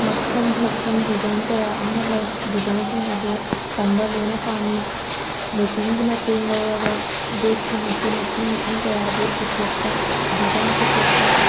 ꯃꯈꯜ ꯃꯈꯜ ꯗꯤꯖꯥꯏꯟ ꯀꯌꯥ ꯑꯃ ꯂꯩ ꯗꯤꯖꯥꯏꯟꯁꯤꯡ ꯑꯗꯣ ꯇꯝꯕ ꯂꯣꯏꯅ ꯄꯥꯝꯃꯤ ꯃꯦꯆꯤꯟꯒꯤ ꯃꯇꯦꯡ ꯂꯧꯔꯒ ꯕꯦꯒꯁꯤꯡ ꯑꯁꯤ ꯃꯈꯜ ꯃꯈꯜ ꯀꯌꯥꯒꯤ ꯄꯨꯊꯣꯛꯄ ꯗꯤꯖꯥꯏꯟ ꯄꯨꯊꯣꯛꯄ